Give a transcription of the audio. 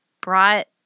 brought